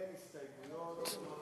אין הסתייגויות.